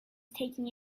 taking